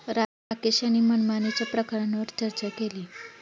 राकेश यांनी मनमानीच्या प्रकारांवर चर्चा केली